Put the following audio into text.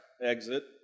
exit